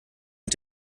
mit